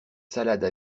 salade